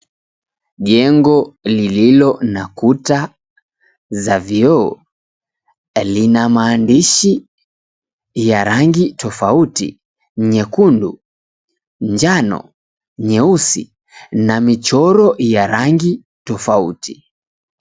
Jengo lililo na kuta za vioo lina maandishi ya rangi tofauti, nyekundu njano, nyeusi na michoro ya rangi tofauti tofauti